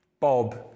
Bob